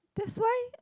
that's why